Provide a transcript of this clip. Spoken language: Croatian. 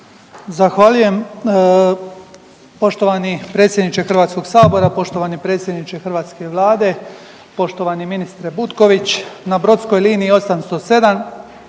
Zahvaljujem poštovani predsjedniče Hrvatskog sabora, poštovani predsjedniče hrvatske Vlade, poštovani ministre Butković na brodskoj liniji 807